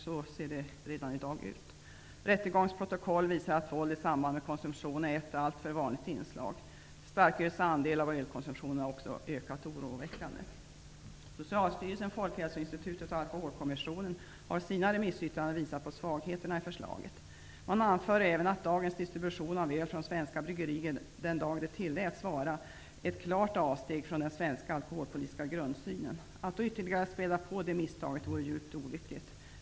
Så ser det ut redan i dag. Rättegångsprotokoll visar att våld i samband med konsumtion är ett alltför vanligt inslag. Starkölets andel av ölkonsumtionen har också ökat oroväckande mycket. Alkoholkommissionen har i sina remissyttranden visat på svagheterna i förslaget. Man anför även att när dagens distribution av öl från svenska bryggerier blev tillåten gjordes ett klart avsteg från den svenska alkoholpolitiska grundsynen. Att då ytterligare späda på det misstaget vore djupt olyckligt.